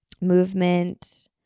Movement